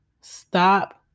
stop